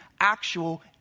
actual